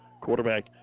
quarterback